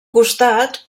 costat